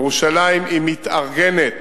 ירושלים מתארגנת